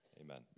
Amen